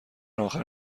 آخر